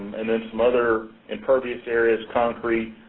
and then some other impervious areas, concrete,